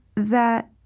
that